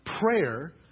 prayer